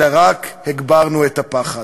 אלא רק הגברנו את הפחד.